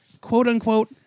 quote-unquote